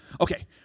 okay